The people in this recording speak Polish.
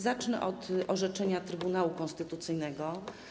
Zacznę od orzeczenia Trybunału Konstytucyjnego.